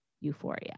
euphoria